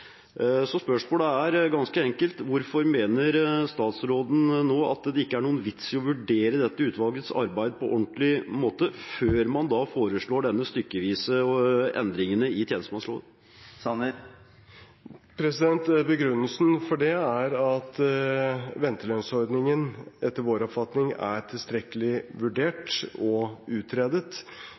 Så spørsmålet er ganske enkelt: Hvorfor mener statsråden at det ikke er noen vits i å vurdere dette utvalgets arbeid på ordentlig måte før man foreslår disse stykkevise endringene i tjenestemannsloven? Begrunnelsen for det er at ventelønnsordningen etter vår oppfatning er tilstrekkelig vurdert og utredet.